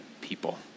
people